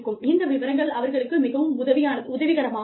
இந்த விவரங்கள் அவர்களுக்கு மிகவும் உதவிகரமாக இருக்கும்